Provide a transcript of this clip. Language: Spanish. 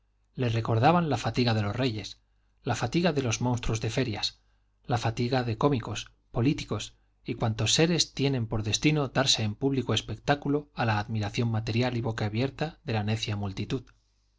le recordaban la fatiga de los reyes la fatiga de los monstruos de ferias la fatiga de cómicos políticos y cuantos seres tienen por destino darse en público espectáculo a la admiración material y boquiabierta de la necia multitud